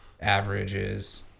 averages